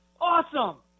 awesome